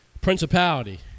principality